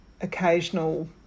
occasional